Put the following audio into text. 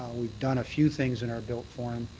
we've done a few things in our built form.